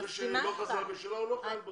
זה שלא חזר בשאלה, הוא לא חייל בודד.